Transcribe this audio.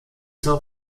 sur